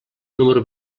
número